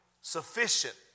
Sufficient